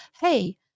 hey